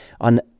on